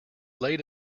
laid